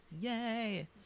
Yay